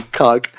cock